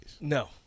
No